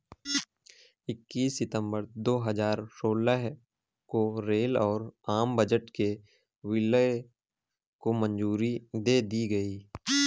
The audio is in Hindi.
इक्कीस सितंबर दो हजार सोलह को रेल और आम बजट के विलय को मंजूरी दे दी गयी